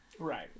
Right